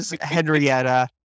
Henrietta